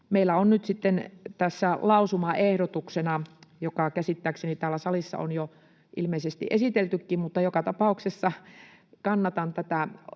Meillä on nyt sitten tässä lausumaehdotus, joka käsittääkseni täällä salissa on jo ilmeisesti esiteltykin, mutta joka tapauksessa kannatan tätä